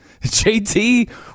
JT